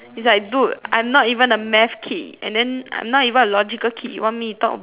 it's like dude I'm not even a math kid and then I'm not even a logical kid you want me to talk about math no thanks